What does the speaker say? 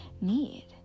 need